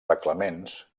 reglaments